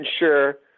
ensure